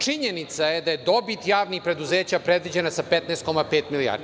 Činjenica je da je dobit javnih preduzeća predviđena sa 15,5 milijardi.